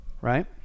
right